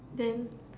then